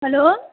hello